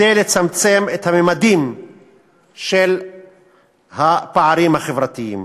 וכדי לצמצם את הממדים של הפערים החברתיים.